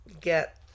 get